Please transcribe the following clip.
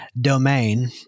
domain